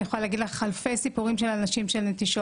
אני יכולה להגיד לך אלפי סיפורים של אנשים של נטישות.